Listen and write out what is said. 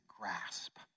grasp